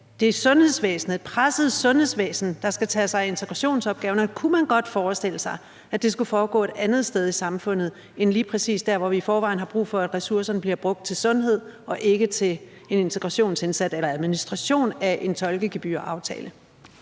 det er et presset sundhedsvæsen, der skal tage sig af integrationsopgaven? Eller kunne man godt forestille sig, at det skulle foregå et andet sted i samfundet end lige præcis der, hvor vi i forvejen har brug for, at ressourcerne bliver brugt til sundhed og ikke til en integrationsindsats eller administration af en tolkegebyraftale?